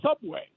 subway